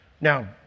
Now